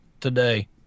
today